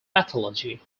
pathology